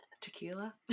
tequila